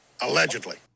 Allegedly